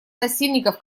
насильников